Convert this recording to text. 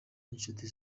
n’inshuti